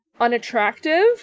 unattractive